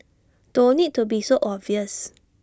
don't need to be so obvious